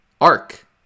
arc